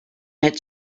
its